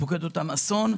שפוקד אותם אסון,